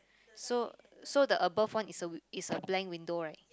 so so the above one is a w~ is a blank window right